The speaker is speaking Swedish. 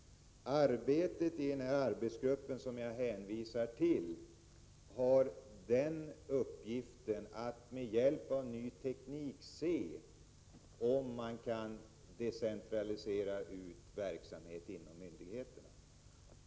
Arbetet i den arbetsgrupp som jag hänvisat till har till uppgift att med hjälp av ny teknik undersöka om man kan decentralisera ut verksamhet inom myndigheterna.